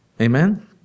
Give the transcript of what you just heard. amen